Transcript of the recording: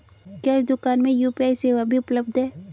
क्या इस दूकान में यू.पी.आई सेवा भी उपलब्ध है?